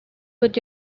with